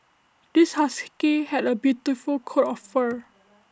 this husky had A beautiful coat of fur